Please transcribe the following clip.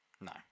No